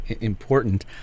important